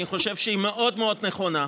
אני חושב שהיא מאוד מאוד נכונה.